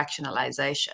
fractionalization